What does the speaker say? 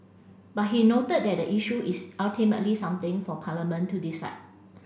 but he noted that the issue is ultimately something for Parliament to decide